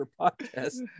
podcast